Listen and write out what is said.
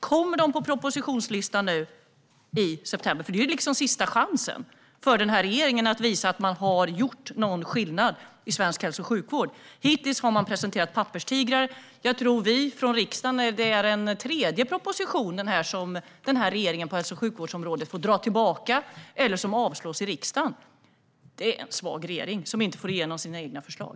Kommer de på propositionslistan i september? Det är sista chansen för regeringen att visa att man har gjort någon skillnad i svensk hälso och sjukvård. Hittills har man presenterat papperstigrar. Jag tror att det är den tredje proposition på hälso och sjukvårdsområdet som den här regeringen får dra tillbaka eller som avslås i riksdagen. Det är en svag regering som inte får igenom sina egna förslag.